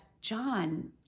john